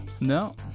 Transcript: No